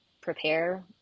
prepare